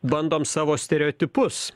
bandom savo stereotipus